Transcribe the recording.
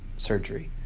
surgery.